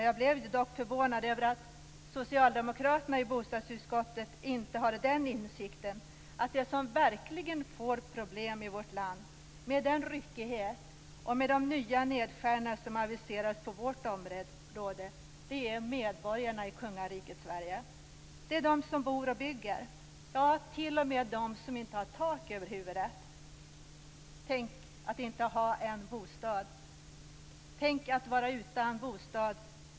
Jag blev dock förvånad över att socialdemokraterna i bostadsutskottet inte hade insikten att de som verkligen får problem i vårt land, med den ryckighet och med de nya nedskärningarna som aviserades på vårt område, är medborgarna i kungariket Sverige. Det är de som bor och bygger, ja t.o.m. de som inte har tak över huvudet. Tänk er att inte ha en bostad. Tänk er att vara utan bostad.